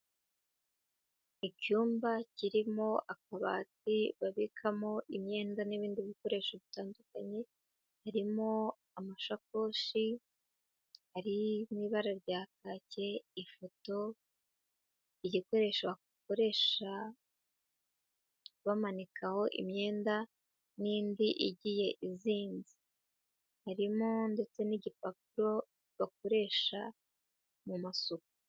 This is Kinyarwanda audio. Icyumba kirimo akabati babikamo imyenda n'ibindi bikoresho bitandukanye birimo amashakoshi ari mu ibara rya kaki, ifoto, igikoresho bakoresha bamanikaho imyenda n'indi igiye izinze. Harimo ndetse n'igipapuro bakoresha mu masuku.